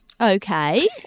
Okay